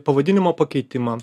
pavadinimo pakeitimą